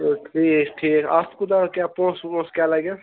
تہٕ ٹھیٖک ٹھیٖک اَتھ کوٗتاہ کیٛاہ پونٛسہٕ وونٛسہٕ کیٛاہ لَگٮ۪س